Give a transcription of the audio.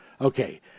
Okay